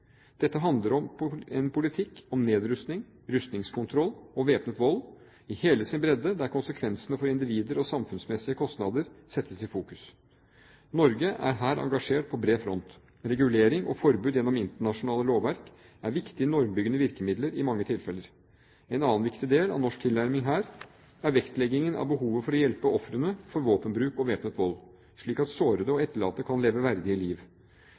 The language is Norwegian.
Dette handler om en politikk om nedrustning, rustningskontroll og væpnet vold i hele sin bredde, der konsekvensene for individer og samfunnsmessige kostnader settes i fokus. Norge er her engasjert på bred front. Regulering og forbud gjennom internasjonale lovverk er viktige normbyggende virkemidler i mange tilfeller. En annen viktig del av norsk tilnærming her er vektleggingen av behovet for å hjelpe ofrene for våpenbruk og væpnet vold, slik at sårede og etterlatte kan leve verdige liv.